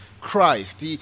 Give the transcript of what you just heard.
Christ